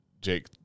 Jake